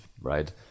right